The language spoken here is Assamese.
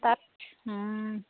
তাত